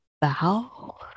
bow